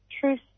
truth